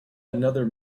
another